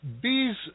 bees